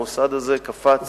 המוסד הזה קפץ